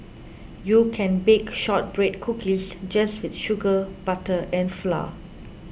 you can bake Shortbread Cookies just with sugar butter and flour